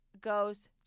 goes